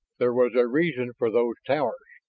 there was a reason for those towers,